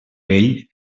vell